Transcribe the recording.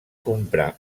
comprar